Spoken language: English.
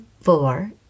four